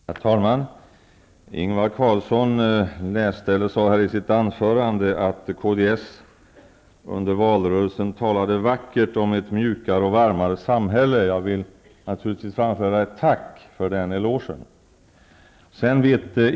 Herr talman! Ingvar Carlsson sade i sitt anförande att Kds under valrörelsen talade vackert om ett mjukare och varmare samhälle. Jag vill naturligtvis framföra ett tack för denna eloge.